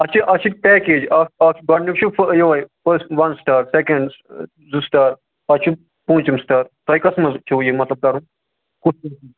اَتھ چھِ اَتھ چھِ پٮ۪کیج اَکھ گۄڈنیُک چھُ یِہوے فٔسٹ وَن سِٹار سٮ۪کنٛڈ زٕ سِٹار پتہٕ چھُ پوٗنٛژِم سِٹار تۄہہِ کَتھ منٛز چھُو یہِ مطلب کَرُن کُس